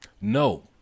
No